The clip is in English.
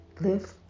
Lift